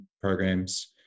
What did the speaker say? programs